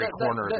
corner